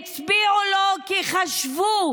הצביעו לו כי חשבו